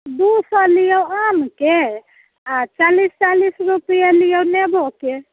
दू सए लिऔ आमके आ चालिस चालिस रूपे लिऔ नेबोके